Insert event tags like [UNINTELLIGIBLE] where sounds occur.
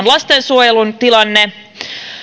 [UNINTELLIGIBLE] lastensuojelun tilanne